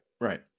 right